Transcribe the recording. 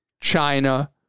china